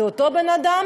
זה אותו בן-אדם,